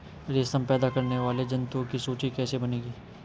रेशम पैदा करने वाले जंतुओं की सूची कैसे बनेगी?